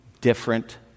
Different